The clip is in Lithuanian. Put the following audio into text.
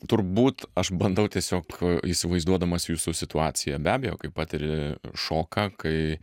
turbūt aš bandau tiesiog įsivaizduodamas jūsų situaciją be abejo kai patiri šoką kai